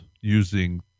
using